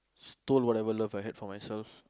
stole whatever love I had for myself